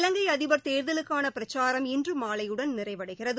இலங்கை அதிபர் தேர்தலுக்கான பிரச்சாரம் இன்று மாலையுடன் நிறைவடைகிறது